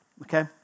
Okay